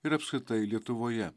ir apskritai lietuvoje